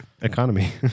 economy